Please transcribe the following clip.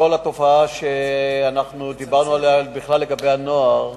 כל התופעה שדיברנו עליה בכלל לגבי הנוער,